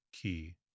key